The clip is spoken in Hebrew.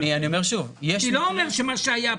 אני לא אומר שמה שהיה פעם,